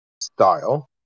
style